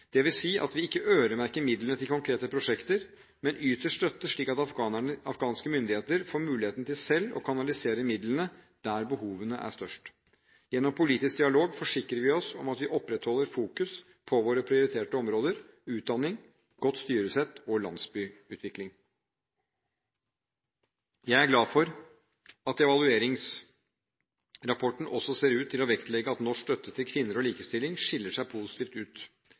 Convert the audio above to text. at vi ikke øremerker midlene til konkrete prosjekter, men yter støtte slik at de afghanske myndighetene får muligheten til selv å kanalisere midlene der behovene er størst. Gjennom politisk dialog forsikrer vi oss om at vi opprettholder fokus på våre prioriterte områder: utdanning, godt styresett og landsbyutvikling. Jeg er glad for at evalueringsrapporten også ser ut til å vektlegge at norsk støtte til kvinner og likestilling skiller seg positivt ut.